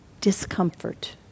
discomfort